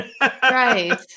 Right